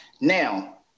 Now